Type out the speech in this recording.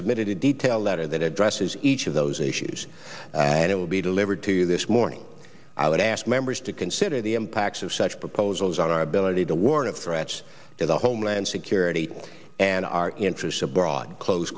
submitted a detailed letter that addresses each of those issues and it will be delivered to you this morning i would ask members to consider the impacts of such proposals on our ability to warn of threats to the homeland security and our interests abroad close